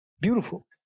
beautiful